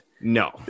no